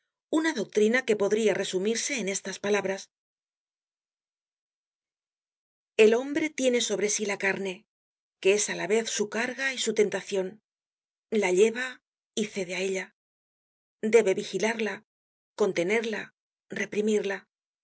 una doctrina que podria resumirse en estas palabras content from google book search generated at el hombre tiene sobre sí la carne que es á la vez su carga y su tentacion la lleva y cede á ella debe vigilarla contenerla reprimirla